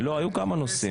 היו כמה נושאים שם.